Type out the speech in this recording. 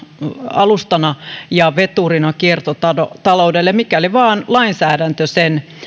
alustoina ja vetureina kiertotaloudelle mikäli vain lainsäädäntö sen